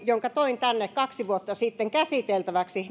jonka toin tänne kaksi vuotta sitten käsiteltäväksi